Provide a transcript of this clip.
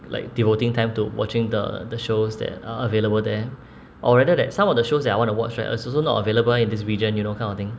like devoting time to watching the the shows that are available there or rather than some of the shows that I want to watch right is also not available in this region you know kind of thing